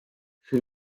she